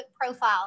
profile